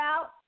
out